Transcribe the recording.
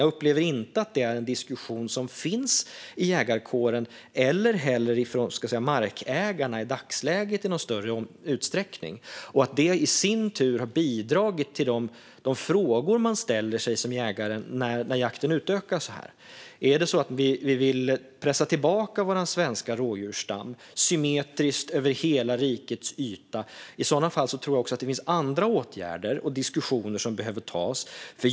Jag upplever inte att detta är en diskussion som finns i jägarkåren eller bland markägarna i någon större utsträckning i dagsläget. Det har i sin tur bidragit till de frågor jägarna ställer sig när jakten utökas. Är det så att vi vill pressa tillbaka vår svenska rådjursstam symmetriskt över hela rikets yta? I så fall tror jag att det också finns andra åtgärder som behöver vidtas och andra diskussioner som behöver tas.